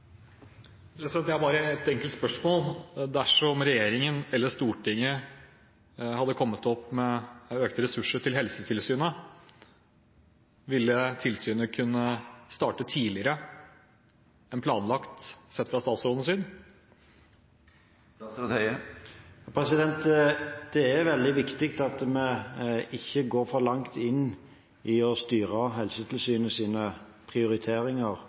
eller Stortinget hadde kommet opp med økte ressurser til Helsetilsynet, ville tilsynet kunne starte tidligere enn planlagt, etter statsrådens syn? Det er veldig viktig at vi ikke går for langt i å